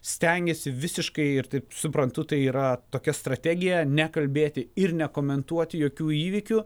stengiasi visiškai ir taip suprantu tai yra tokia strategija nekalbėti ir nekomentuoti jokių įvykių